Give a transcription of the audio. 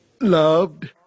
loved